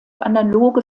analoge